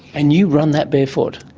and you run that barefoot?